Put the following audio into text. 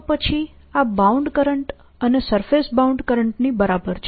તો પછી આ બાઉન્ડ કરંટ અને સરફેસ બાઉન્ડ કરંટની બરાબર છે